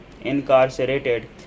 incarcerated